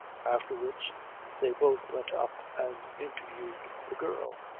afterwards they both went up and interviewed the girl.